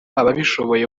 ababishoboye